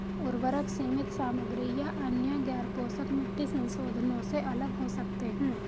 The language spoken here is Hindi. उर्वरक सीमित सामग्री या अन्य गैरपोषक मिट्टी संशोधनों से अलग हो सकते हैं